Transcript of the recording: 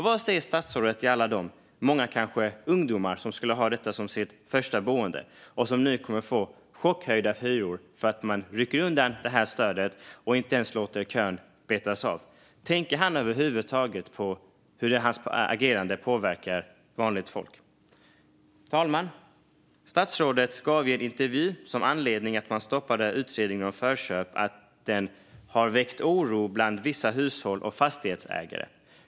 Vad säger statsrådet till alla dessa människor - många kanske är ungdomar som skulle få detta som sitt första boende - som nu kommer att få chockhöjda hyror för att detta stöd rycks undan och man inte ens låter kön betas av? Tänker han över huvud taget på hur hans agerande påverkar vanligt folk? Fru talman! Som anledning till att man stoppade utredningen om förköp sa statsrådet i en intervju att den har väckt oro bland vissa hushåll och fastighetsägare.